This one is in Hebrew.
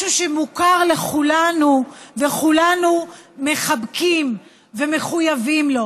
משהו שמוכר לכולנו וכולנו מחבקים ומחויבים לו,